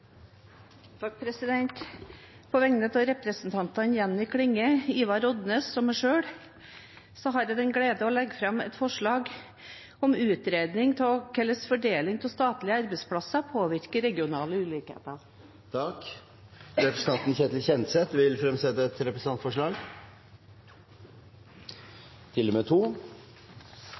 På vegne av representantene Jenny Klinge, Ivar Odnes og meg selv har jeg den glede å legge fram et forslag om utredning av hvordan fordelingen av statlige arbeidsplasser påvirker regionale ulikheter. Representanten Ketil Kjenseth vil fremsette to representantforslag.